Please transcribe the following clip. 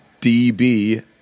DB